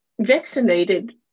vaccinated